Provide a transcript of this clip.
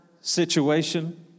situation